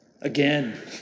Again